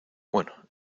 bueno